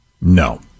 No